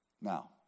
Now